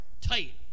tight